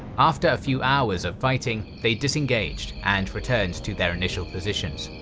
after a few hours of fighting, they disengaged and returned to their initial positions.